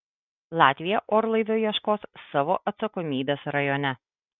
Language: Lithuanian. latvija orlaivio ieškos savo atsakomybės rajone